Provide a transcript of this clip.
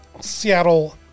Seattle